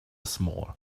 small